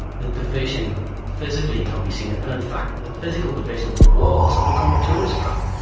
the division physically can be seen, and and in fact the physical division of the walls have become a tourist trap,